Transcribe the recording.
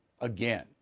again